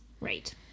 Right